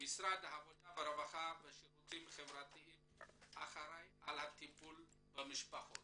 במשרד העבודה הרווחה והשירותים החברתיים אחראי על הטיפול במשפחות.